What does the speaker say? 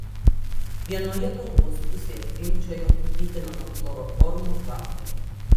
vienoje galvos pusėje tvinkčiojo pykino nuo chloroformo kvapo